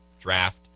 draft